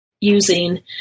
using